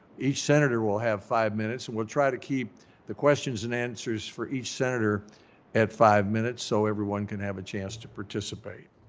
each senator will have five minutes and we'll try to keep the questions and answers for each senator at five minutes so everyone can have a chance to participate.